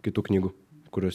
kitų knygų kurios